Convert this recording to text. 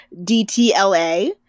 DTLA